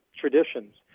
traditions